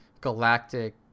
galactic